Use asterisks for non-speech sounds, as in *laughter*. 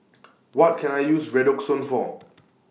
*noise* What Can I use Redoxon For